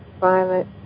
violet